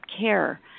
care